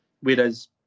Whereas